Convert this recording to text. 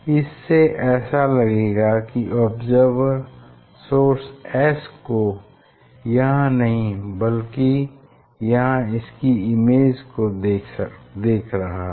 इससे ऐसा लगेगा कि ऑब्ज़र्वर सोर्स S को यहाँ नहीं बल्कि यहाँ इसकी इमेज को देख रहा है